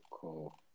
cool